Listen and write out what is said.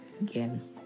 again